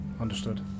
Understood